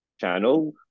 channel